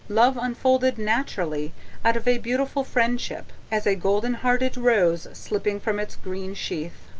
love unfolded naturally out of a beautiful friendship, as a golden-hearted rose slipping from its green sheath.